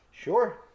sure